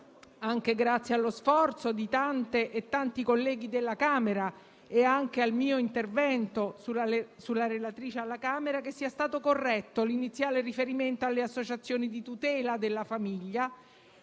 anche grazie allo sforzo di tante e tanti colleghi della Camera, e anche grazie al mio intervento sulla relatrice alla Camera, sia stato corretto l'iniziale riferimento alle associazioni di "tutela della famiglia"